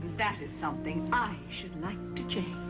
that is something i should like to change.